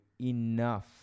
enough